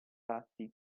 fatti